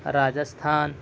Rajasthan